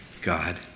God